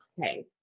Okay